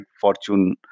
Fortune